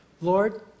Lord